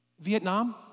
Vietnam